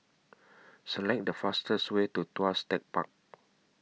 Select The fastest Way to Tuas Tech Park